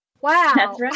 Wow